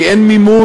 כי אין מימון,